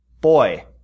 Boy